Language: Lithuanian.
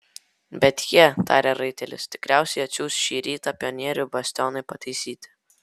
bet jie tarė raitelis tikriausiai atsiųs šį rytą pionierių bastionui pataisyti